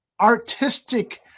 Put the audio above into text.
artistic